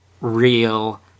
real